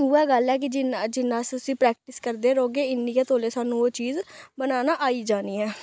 उ'ऐ गल्ल ऐ कि जिन्ना जिन्ना अस उस्सी प्रैक्टिस करदे रौहगे इन्नी गै तोले सानूं ओह् चीज बनाना आई जानी ऐ